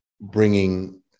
bringing